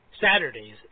Saturdays